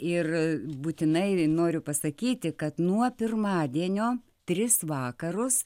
ir būtinai noriu pasakyti kad nuo pirmadienio tris vakarus